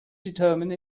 determine